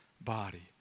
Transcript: Body